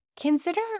Consider